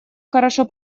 хорошо